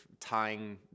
tying